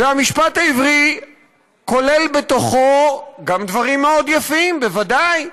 והמשפט העברי כולל גם דברים מאוד יפים, בוודאי,